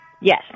Yes